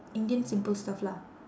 indian simple stuff lah